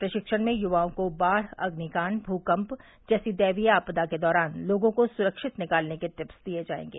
प्रशिक्षण में युवाओं को बाढ़ अग्निकांड भूकम्प जैसी दैवीय आपदा के दौरान लोगों को सुरक्षित निकालने के टिप्स दिये जायेंगे